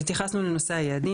אז התייחסנו לנושא היעדים.